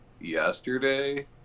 yesterday